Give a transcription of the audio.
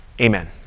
Amen